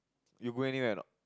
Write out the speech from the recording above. you go anywhere or not